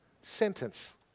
sentence